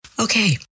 Okay